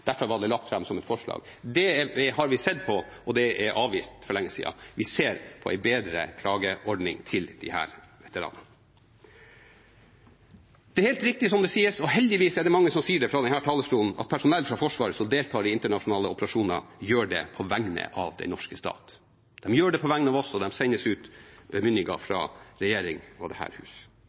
Derfor var det lagt fram som et forslag. Det har vi sett på, og det er avvist for lenge siden. Vi ser på en bedre klageordning for disse veteranene. Det er helt riktig som det sies – og heldigvis er det mange som sier det fra denne talerstolen – at personell fra Forsvaret som deltar i internasjonale operasjoner, gjør det på vegne av den norske stat. De gjør det på vegne av oss, og de sendes ut bemyndiget fra regjering og dette hus.